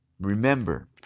remember